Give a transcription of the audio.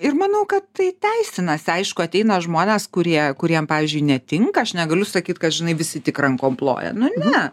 ir manau kad tai teisinasi aišku ateina žmonės kurie kuriem pavyzdžiui netinka aš negaliu sakyt kad žinai visi tik rankom ploja nu ne